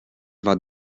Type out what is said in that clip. war